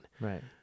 Right